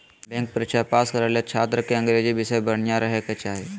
bank परीक्षा pass करे ले छात्र के अंग्रेजी विषय बढ़िया रहे के चाही